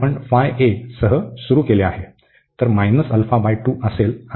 तर 2 असेल आणि हे फाय a असेल